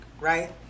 right